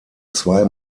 zwei